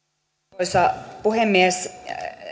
arvoisa puhemies